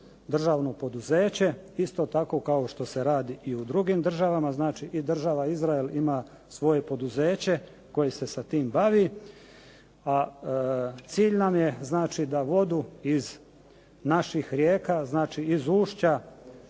državno poduzeće, isto tako kao što se radi i u drugim državama. Znači i država Izrael ima svoje poduzeće koje se sa tim bavi, a cilj nam je da vodu iz naših rijeka, iz ušća